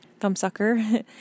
Thumbsucker